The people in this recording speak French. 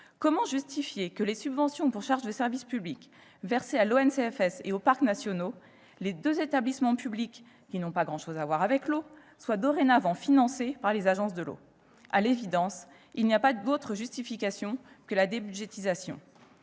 comment justifier que les subventions pour charges de service public versées à l'ONCFS et aux parcs nationaux, deux établissements publics qui n'ont pas grand-chose à voir avec l'eau, soient dorénavant financées par les agences de l'eau ? À l'évidence, il n'y a pas d'autre justification que la débudgétisation.